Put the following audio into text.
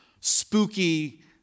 spooky